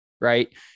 right